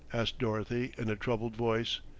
asked dorothy in a troubled voice.